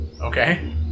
Okay